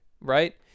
right